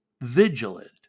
vigilant